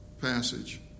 passage